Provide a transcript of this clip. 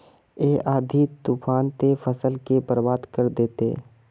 इ आँधी तूफान ते फसल के बर्बाद कर देते?